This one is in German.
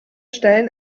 stellen